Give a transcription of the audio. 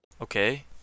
Okay